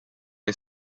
che